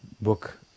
book